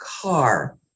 car